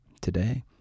today